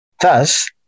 thus